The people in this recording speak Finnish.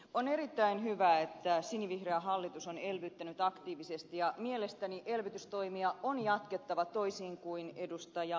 on erittäin hyvä että sinivihreä hallitus on elvyttänyt aktiivisesti ja mielestäni elvytystoimia on jatkettava toisin kuin ed